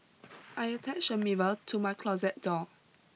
I attached a mirror to my closet door